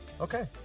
okay